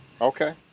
Okay